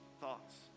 thoughts